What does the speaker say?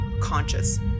conscious